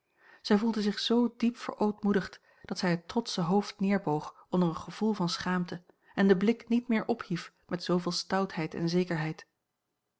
zij voelde zich zoo diep verootmoedigd dat zij het trotsche hoofd neerboog onder een gevoel van schaamte en den blik niet meer ophief met zooveel stoutheid en zekerheid